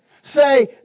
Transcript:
say